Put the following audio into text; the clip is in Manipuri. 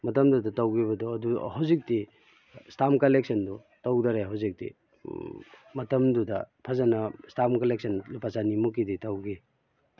ꯃꯇꯝꯗꯨꯗ ꯇꯧꯈꯤꯕꯗꯣ ꯑꯗꯨ ꯍꯧꯖꯤꯛꯇꯤ ꯏꯁꯇꯥꯝ ꯀꯂꯦꯛꯁꯟꯗꯨ ꯇꯧꯗꯔꯦ ꯍꯧꯖꯤꯛꯇꯤ ꯃꯇꯝꯗꯨꯗ ꯐꯖꯅ ꯏꯁꯇꯥꯝ ꯀꯂꯦꯟꯁꯟ ꯂꯨꯄꯥ ꯆꯅꯤꯃꯨꯛꯀꯤꯗꯤ ꯇꯧꯈꯤ